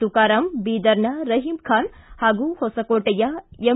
ತುಕಾರಾಂ ಬೀದರ್ನ ರಹೀಂಖಾನ್ ಹಾಗೂ ಹೊಸಕೋಟೆಯ ಎಂ